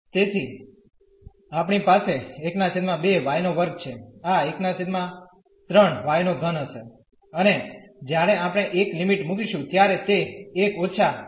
તેથી આપણી પાસે છે આ હશે અને જ્યારે આપણે 1 લિમિટ મૂકીશું ત્યારે તે 1 − ¿હશે